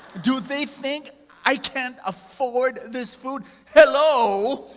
do they think i can't afford this food? hello?